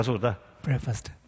Breakfast